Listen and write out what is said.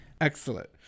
Excellent